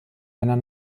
einer